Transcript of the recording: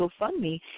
GoFundMe